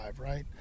right